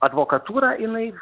advokatūra jinai